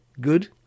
good